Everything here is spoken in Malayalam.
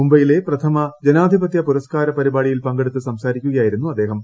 മുംബൈയിലെ പ്രഥമ ജനാധിപത്യ പുരസ്കാര പരിപാടിയിൽ പങ്കെടുത്ത് സംസാരിക്കുകയായിരുന്നു അദ്ദേഹം